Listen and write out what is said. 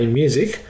music